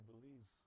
believes